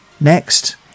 Next